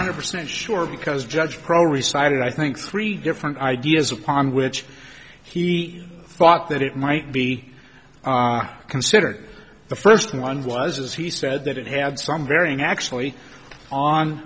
hundred percent sure because judge pro re sided i think three different ideas upon which he thought that it might be considered the first one was as he said that it had some varying actually on